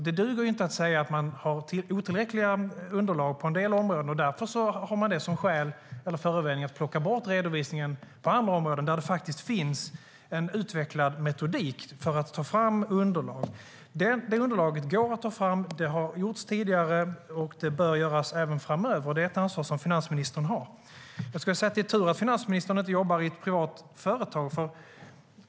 Det duger inte att säga att man har otillräckliga underlag på en del områden och att ha det som förevändning att plocka bort redovisningen på andra områden, där det faktiskt finns en utvecklad metodik för att ta fram underlag. Detta underlag går att ta fram, det har gjorts tidigare och det bör göras även framöver. Det är ett ansvar som finansministern har. Det är tur att finansministern inte jobbar i ett privat företag.